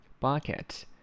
Bucket